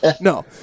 No